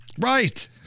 Right